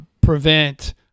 prevent